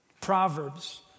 Proverbs